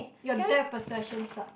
your depth perception sucks